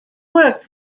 worked